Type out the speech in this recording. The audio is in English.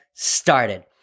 Started